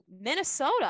Minnesota